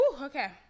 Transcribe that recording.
Okay